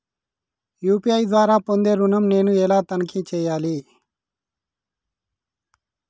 UPI ద్వారా పొందే ఋణం నేను ఎలా తనిఖీ చేయాలి?